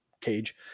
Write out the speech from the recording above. cage